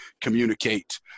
communicate